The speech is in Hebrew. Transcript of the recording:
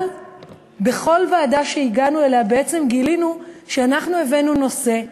אבל בכל ועדה שהגענו אליה בעצם גילינו שאנחנו הבאנו נושא,